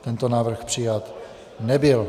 Tento návrh přijat nebyl.